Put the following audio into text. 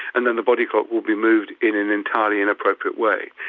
and then the body clock will be moved in an entirely inappropriate way.